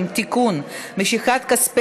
לוועדת המדע.